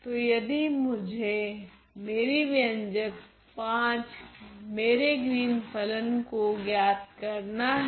तो यदि मुझे मेरी व्यंजक V मेरे ग्रीन फलन को ज्ञात करना हैं